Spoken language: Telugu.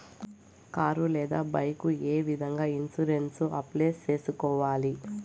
కారు లేదా బైకు ఏ విధంగా ఇన్సూరెన్సు అప్లై సేసుకోవాలి